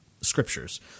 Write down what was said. scriptures